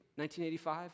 1985